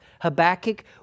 Habakkuk